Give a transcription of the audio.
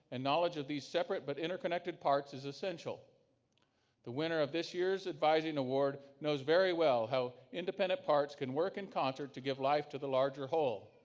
and knowledge of these separate but interconnected parts is essential the winner of this year's advising award knows very well how independent parts can work in concert give life to the larger whole.